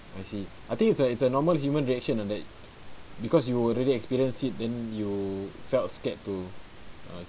I see I think it's a it's a normal human reaction ah that because you were really experience it then you felt scared to